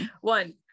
One